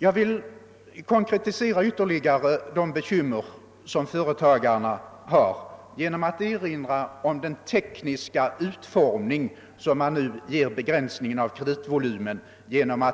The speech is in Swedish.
Jag vill ytterligare konkretisera de bekymmer som företagarna har genom att erinra om den tekniska utformning som man nu ger begränsningen av kreditvolymen, i det att man